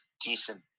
decent